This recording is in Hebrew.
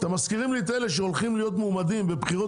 אתם מזכירים לי את זה אלה שהולכים להיות מועמדים בבחירות